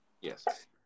Yes